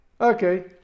okay